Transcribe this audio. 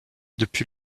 depuis